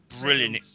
brilliant